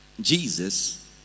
Jesus